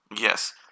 Yes